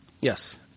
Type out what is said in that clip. Yes